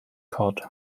cod